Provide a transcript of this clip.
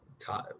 time